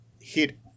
hit